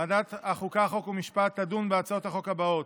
בעד, 42, נגד, 43. לפני שאנחנו נעבור לסעיף הבא,